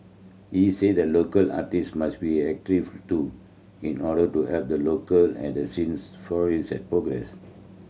he say that local artists must be active too in order to help the local art scene flourish and progress